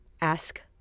ask